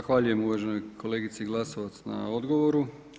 Zahvaljujem uvaženoj kolegici Glasovac na odgovoru.